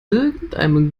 irgendeinem